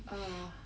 uh